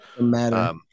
matter